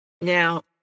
Now